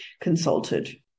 consulted